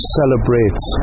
celebrates